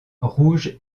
rouges